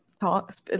talks